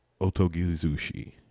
Otogizushi